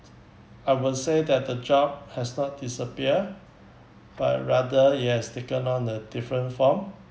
I will say that the job has not disappear but rather it has taken on a different form